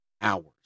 hours